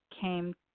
came